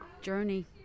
journey